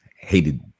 hated